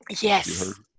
Yes